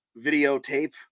videotape